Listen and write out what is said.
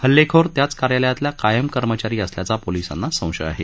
हल्लेखोर त्याच कार्यालयातला कायम कर्मचारी असल्याचा पोलीसांना संशय आहे